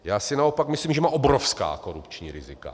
Já si naopak myslím, že má obrovská korupční rizika.